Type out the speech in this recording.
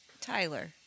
Tyler